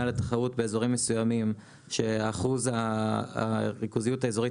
על התחרות באזורים מסוימים שאחוז הריכוזיות האזורית